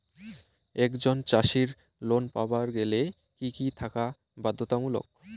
একজন চাষীর লোন পাবার গেলে কি কি থাকা বাধ্যতামূলক?